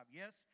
yes